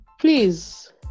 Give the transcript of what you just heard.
Please